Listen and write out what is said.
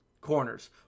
corners